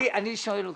אני שואל אותך,